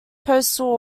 postal